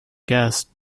guests